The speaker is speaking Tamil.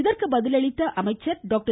இதற்கு பதிலளித்த அமைச்சர் டாக்டர்